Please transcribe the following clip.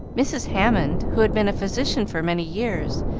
mrs. hammond, who had been a physician for many years,